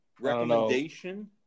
recommendation